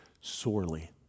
sorely